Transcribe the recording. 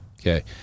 okay